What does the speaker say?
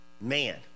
Man